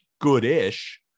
good-ish